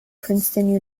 princeton